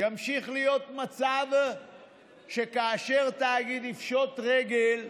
ימשיך להיות מצב שכאשר תאגיד יפשוט רגל,